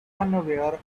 unaware